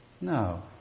No